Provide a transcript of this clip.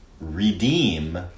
Redeem